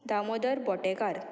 Damodar Botekar